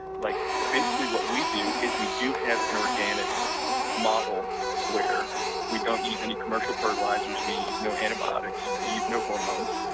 like basically what we do, is we do have an organic model where we don't use any commercial fertilizers, fertilizers, we use no antibiotics, we use no hormones,